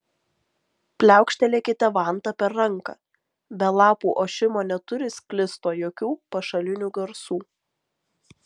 pliaukštelėkite vanta per ranką be lapų ošimo neturi sklisto jokių pašalinių garsų